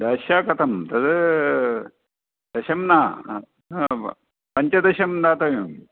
दश कथं तद् दश न पञ्चदशं दातव्यम्